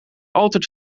altijd